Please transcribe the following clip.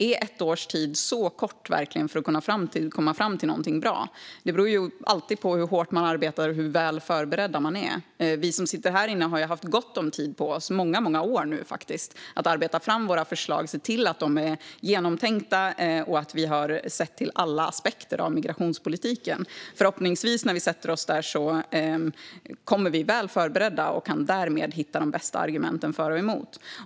Är ett år verkligen så kort tid för att komma fram till något bra? Det beror alltid på hur hårt man arbetar och hur väl förberedd man är. Vi som sitter här inne har haft gott om tid på oss - många år - att arbeta fram våra förslag och se till att de är genomtänkta i fråga om alla aspekter av migrationspolitiken. Förhoppningsvis när vi sätter oss där är vi väl förberedda och kan därmed hitta de bästa argumenten för och emot.